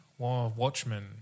Watchmen